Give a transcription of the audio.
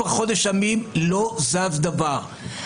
וגם ביטוח צד שלישי של רבנים לזכויות אדם שלא הכיר בי,